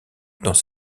dans